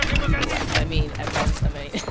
what's the last i mean, i've gotten so many